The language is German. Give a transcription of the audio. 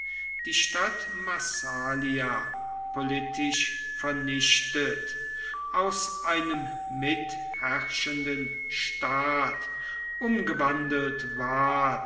die stadt massalia politisch vernichtet aus einem mitherrschenden staat umgewandelt ward